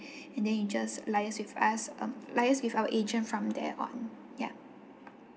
and then you just liaise with us um liaise with our agent from there on yup